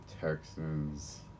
Texans